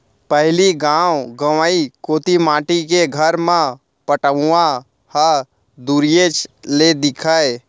पहिली गॉव गँवई कोती माटी के घर म पटउहॉं ह दुरिहेच ले दिखय